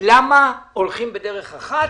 למה הולכים בדרך אחת